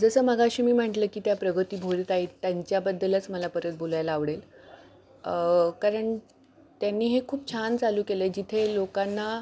जसं मगाशी मी म्हटलं की त्या प्रगती भोर ताई आहेत त्यांच्याबद्दलच मला परत बोलायला आवडेल कारण त्यांनी हे खूप छान चालू केलं आहे जिथे लोकांना